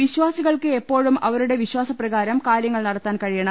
വിശ്ചാസി കൾക്ക് എപ്പോഴും അവരുടെ വിശ്വാസ പ്രകാരം കാര്യങ്ങൾ നടത്താൻ കഴിയണം